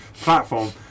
platform